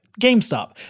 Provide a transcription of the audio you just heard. GameStop